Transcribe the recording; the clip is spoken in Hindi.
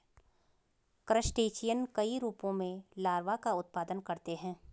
क्रस्टेशियन कई रूपों में लार्वा का उत्पादन करते हैं